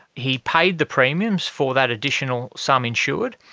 he paid the premiums for that additional sum insured,